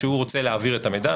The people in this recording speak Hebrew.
כשהוא רוצה להעביר את המידע,